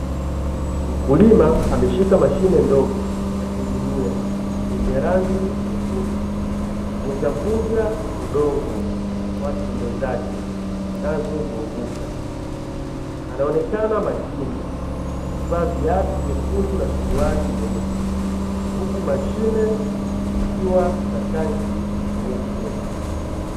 Mkulima ameshika mashine ndogo ya kulimia yenye rangi nyekundu ikivunja vunja udongo kwa tindo zake zinazozunguka, anaonekana makini akivaa viatu vyekundu na suruali nyeusi huku mashine ikiwa na tanki nyeupe.